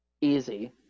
easy